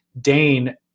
Dane